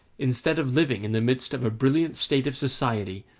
instead of living in the midst of a brilliant state of society,